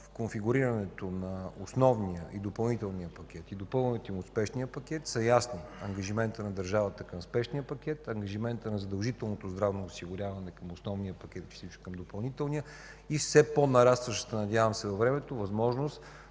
С конфигурирането на основния и допълнителния пакет и допълването им от спешния пакет ангажиментите са ясни: ангажиментите на държавата – към спешния пакет, ангажиментите на задължителното здравно осигуряване – към основния пакет и с иск към допълнителния, и все по-нарастващата във времето възможност,